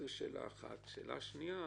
שאלה שנייה